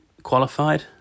qualified